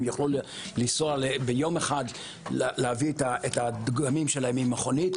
יוכלו לנסוע ביום אחד להביא את הדגמים שלהם עם מכונית